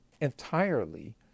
entirely